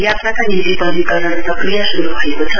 यात्राका निम्ति पञ्जीकरण प्रक्रिया श्रू भएको छ